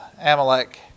Amalek